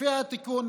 לפי התיקון,